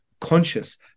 conscious